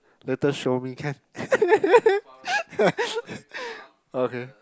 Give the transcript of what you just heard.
later show me can okay